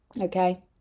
Okay